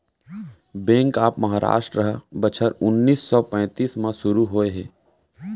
bank of Maharashtra ह बछर उन्नीस सौ पैतीस म सुरू होए हे